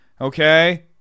Okay